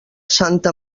santa